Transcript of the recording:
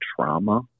trauma